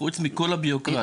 חוץ מכל הבירוקרטיה?